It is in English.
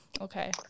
okay